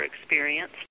experience